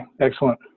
Excellent